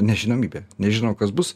nežinomybė nežino kas bus